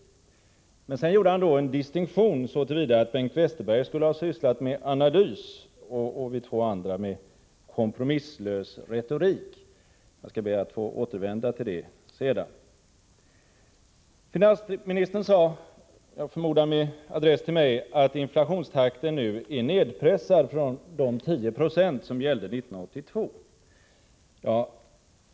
Sedan gjorde emellertid finansministern en distinktion så till vida att Bengt förbättra den svenska ekonomin förbättra den svenska ekonomin Westerberg skulle ha sysslat med analys och vi två andra med kompromisslös retorik. Jag skall be att få återvända till det senare. Finansministern sade — jag förmodar med adress till mig — att inflationstakten nu är nedpressad från de 10 26 som gällde 1982.